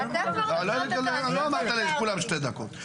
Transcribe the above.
טוב,